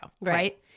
Right